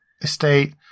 estate